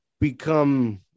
become